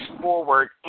forward